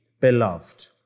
beloved